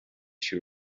she